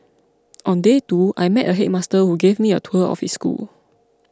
on day two I met a headmaster who gave me a tour of his school